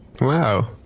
Wow